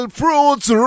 fruits